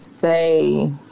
say